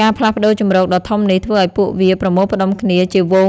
ការផ្លាស់ប្តូរជម្រកដ៏ធំនេះធ្វើឱ្យពួកវាប្រមូលផ្តុំគ្នាជាហ្វូង